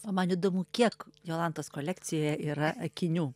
o man įdomu kiek jolantos kolekcijoje yra akinių